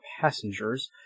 passengers